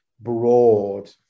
broad